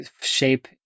shape